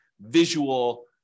visual